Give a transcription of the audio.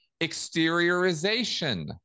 exteriorization